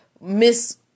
miss